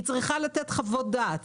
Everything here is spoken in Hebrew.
היא צריכה לתת חוות דעת.